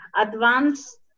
advanced